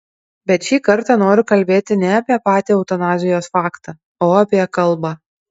bet šį kartą noriu kalbėti ne apie patį eutanazijos faktą o apie kalbą